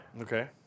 Okay